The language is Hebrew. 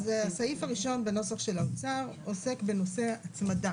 הסעיף הראשון בנוסח של האוצר עוסק בנושא הצמדה